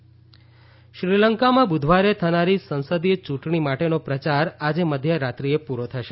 શ્રીલંકા ચૂંટણી શ્રીલંકામાં બુધવારે થનારી સંસદીય ચૂંટણી માટેનો પ્રયાર આજે મધ્યરાત્રિએ પૂરો થશે